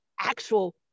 actual